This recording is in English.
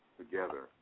together